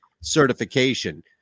certification